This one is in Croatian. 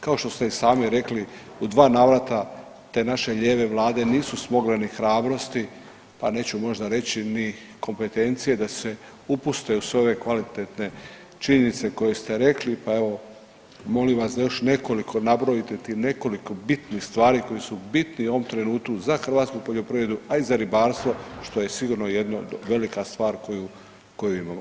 Kao što ste i sami rekli u dva navrata te naše lijeve Vlade nisu smogle ni hrabrosti, pa neću možda reći ni kompetencije da se upuste sa ove kvalitetne činjenice koje ste rekli, pa evo molim vas da još nekoliko nabrojite, tih nekoliko bitnih stvari koji su bitni u ovom trenutku za hrvatsku poljoprivredu, a i za ribarstvo što je sigurno jedna velika stvar koju imamo.